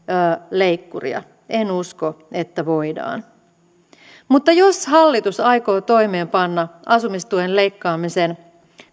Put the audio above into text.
leikkuria en usko että voidaan mutta jos hallitus aikoo toimeenpanna asumistuen leikkaamisen